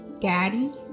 daddy